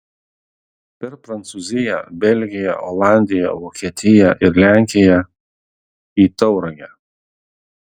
per prancūziją belgiją olandiją vokietiją ir lenkiją į tauragę